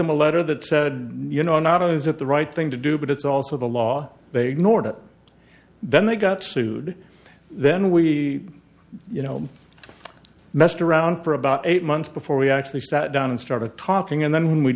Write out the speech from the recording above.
them a letter that said you know not only is it the right thing to do but it's also the law they norden then they got sued then we you know messed around for about eight months before we actually sat down and started talking and then w